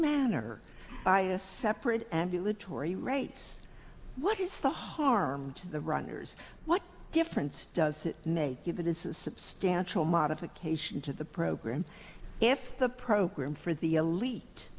manner by a separate ambulatory rates what is the harm to the runners what difference does it make if it is a substantial modification to the program if the program for the elite